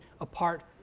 apart